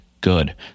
good